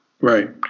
Right